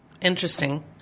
Interesting